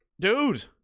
dude